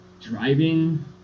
driving